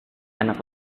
anak